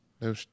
No